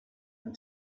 and